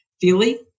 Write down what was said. feely